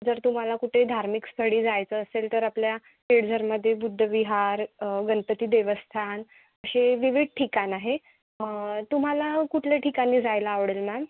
जर तुम्हाला कुठे धार्मिक स्थळी जायचं असेल तर आपल्या पेडझरमध्ये बुद्ध विहार गणपती देवस्थान असे विविध ठिकाण आहे तुम्हाला कुठल्या ठिकाणी जायला आवडेल मॅम